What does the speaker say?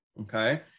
okay